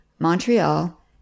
Montreal